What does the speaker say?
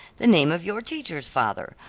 the name of your teacher's father.